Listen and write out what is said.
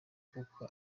kuko